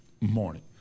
morning